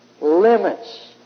limits